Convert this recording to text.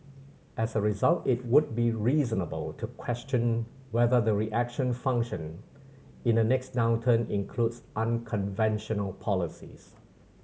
as a result it would be reasonable to question whether the reaction function in the next downturn includes unconventional policies